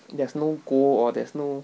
there's no goal or there's no